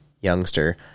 youngster